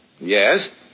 Yes